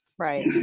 Right